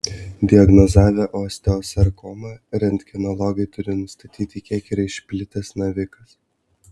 diagnozavę osteosarkomą rentgenologai turi nustatyti kiek yra išplitęs navikas